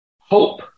hope